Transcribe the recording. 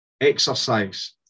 exercise